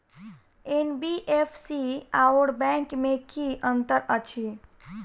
NBFC आओर bank मे की अंतर अछि?